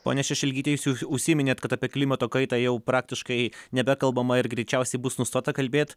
ponia šešelgyte jūs užsiminėt kad apie klimato kaitą jau praktiškai nebekalbama ir greičiausiai bus nustota kalbėt